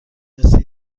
مثه